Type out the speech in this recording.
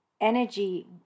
energy